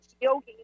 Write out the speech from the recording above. Yogi